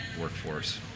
workforce